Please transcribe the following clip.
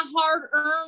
hard-earned